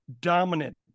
dominant